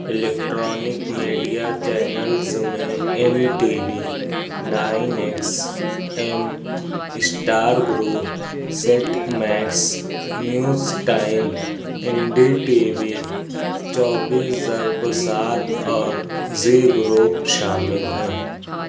electronic media channels میں M T V nine X M star group set max news time N D T V چوبیس ضرب سات اور Zee group شامل ہیں